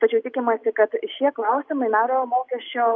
tačiau tikimasi kad šie klausimai nario mokesčio